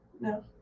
No